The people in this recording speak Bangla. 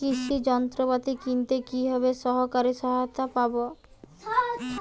কৃষি যন্ত্রপাতি কিনতে কিভাবে সরকারী সহায়তা পাব?